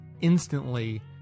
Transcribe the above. instantly